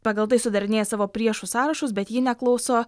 pagal tai sudarinėja savo priešų sąrašus bet ji neklauso